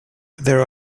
there